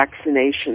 vaccination